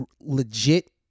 legit